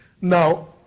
Now